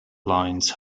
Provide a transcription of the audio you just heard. lines